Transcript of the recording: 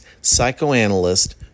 psychoanalyst